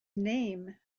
name